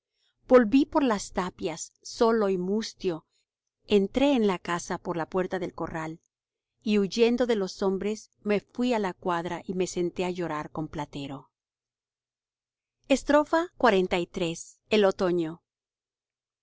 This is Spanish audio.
volví por las tapias solo y mustio entré en la casa por la puerta del corral y huyendo de los hombres me fuí á la cuadra y me senté á llorar con platero xliii el otoño ya